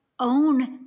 Own